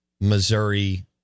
Missouri